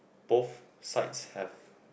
both sides have